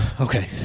Okay